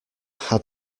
had